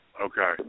okay